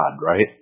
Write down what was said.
right